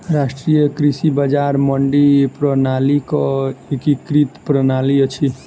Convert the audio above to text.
राष्ट्रीय कृषि बजार मंडी प्रणालीक एकीकृत प्रणाली अछि